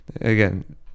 again